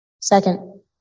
Second